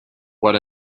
what